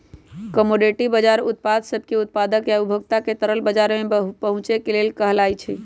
commodity बजार उत्पाद सब के उत्पादक आ उपभोक्ता के तरल बजार में पहुचे के लेल कहलाई छई